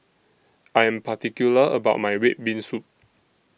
I Am particular about My Red Bean Soup